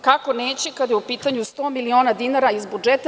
Kako neće, kada je u pitanju sto miliona dinara iz budžeta?